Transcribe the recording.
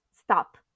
stop